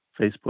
Facebook